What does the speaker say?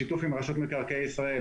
בשיתוף עם רשות מקרקעי ישראל,